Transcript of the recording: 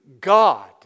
God